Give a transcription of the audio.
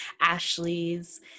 Ashley's